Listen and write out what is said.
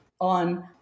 on